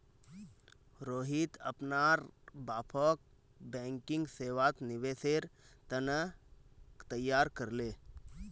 रोहित अपनार बापक बैंकिंग सेवात निवेशेर त न तैयार कर ले